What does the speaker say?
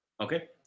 Okay